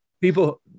People